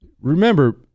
Remember